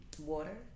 water